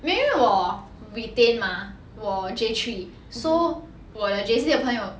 maybe 我 retain mah 我 j three so 我的 J_C 的朋友